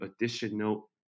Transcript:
additional